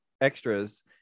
extras